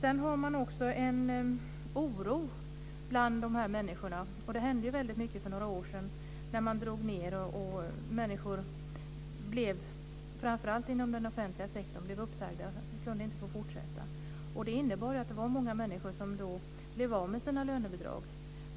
Fru talman! Jag vill också ta upp den viktiga delen med lönebidrag.